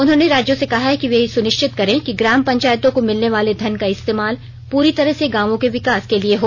उन्होंने राज्यों से कहा है कि वे यह सुनिश्चित करें कि ग्राम पंचायतों को मिलने वाले धन का इस्तेमाल पूरी तरह से गांवों के विकास के लिए हो